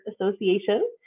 Association